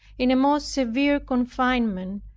in a most severe confinement,